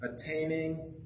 attaining